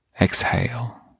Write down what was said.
exhale